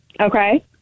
Okay